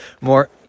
more